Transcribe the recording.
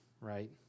right